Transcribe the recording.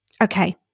Okay